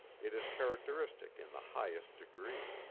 it is characteristic in the highest degree.